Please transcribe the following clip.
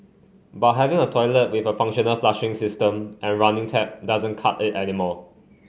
but having a toilet with a functional flushing system and running tap doesn't cut it anymore